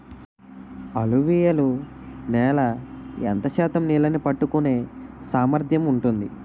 అలువియలు నేల ఎంత శాతం నీళ్ళని పట్టుకొనే సామర్థ్యం ఉంటుంది?